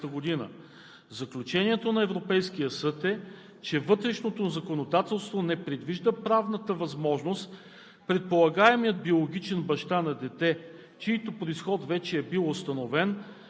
срещу България по обединени жалби от 2008-а и 2013 г. Заключението на Европейския съд е, че вътрешното законодателство не предвижда правната възможност